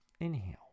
Inhale